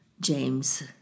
James